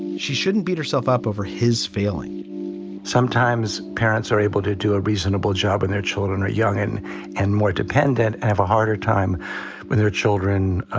she shouldn't beat herself up over his failing sometimes parents are able to do a reasonable job and their children are young and and more dependent, have a harder time with their children,